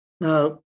Now